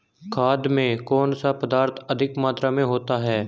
खाद में कौन सा पदार्थ अधिक मात्रा में होता है?